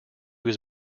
was